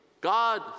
God